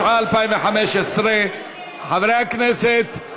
התשע"ה 2015. חברי הכנסת,